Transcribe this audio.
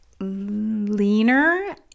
leaner